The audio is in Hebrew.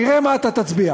נראה מה אתה תצביע,